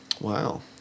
Wow